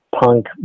punk